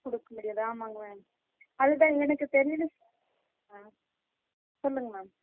கொடுக்க முடியாது ஆமாங்க மேம் அதுதான் எனக்கு தெரியுது ஆ சொல்லுங்க மேம்